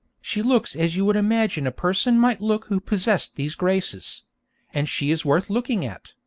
she looks as you would imagine a person might look who possessed these graces and she is worth looking at,